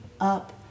up